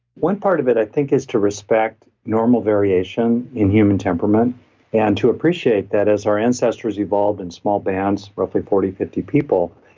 one part of it i think is to respect normal variation in human temperament and to appreciate that as our ancestors evolved in small bands, roughly forty, fifty people,